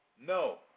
No